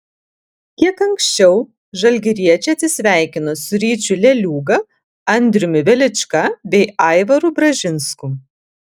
kiek anksčiau žalgiriečiai atsisveikino su ryčiu leliūga andriumi velička bei aivaru bražinsku